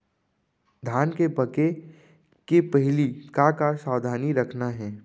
धान के पके के पहिली का का सावधानी रखना हे?